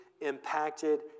impacted